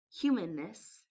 humanness